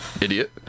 idiot